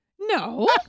No